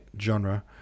genre